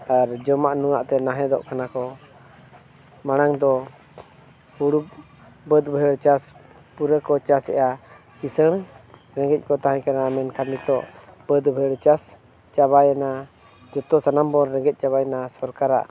ᱟᱨ ᱡᱚᱢᱟᱜ ᱧᱩᱣᱟᱜ ᱫᱚ ᱛᱮ ᱱᱟᱦᱮᱫᱚᱜ ᱠᱟᱱᱟ ᱠᱚ ᱢᱟᱲᱟᱝ ᱫᱚ ᱦᱳᱲᱳ ᱵᱟᱹᱫᱽ ᱵᱟᱹᱭᱦᱟᱹᱲ ᱪᱟᱥ ᱯᱩᱨᱟᱹ ᱠᱚ ᱪᱟᱥᱮᱜᱼᱟ ᱠᱤᱥᱟᱹᱬ ᱨᱮᱸᱜᱮᱡ ᱠᱚ ᱛᱟᱦᱮᱸ ᱠᱟᱱᱟ ᱢᱮᱱᱠᱷᱟᱱ ᱱᱤᱛᱚᱜ ᱵᱟᱹᱫᱽ ᱵᱟᱹᱭᱦᱟᱹᱲ ᱪᱟᱥ ᱪᱟᱵᱟᱭᱮᱱᱟ ᱡᱚᱛᱚ ᱥᱟᱱᱟᱢ ᱵᱚᱱ ᱨᱮᱸᱜᱮᱡ ᱪᱟᱵᱟᱭᱮᱱᱟ ᱥᱚᱨᱠᱟᱨᱟᱜ